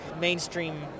mainstream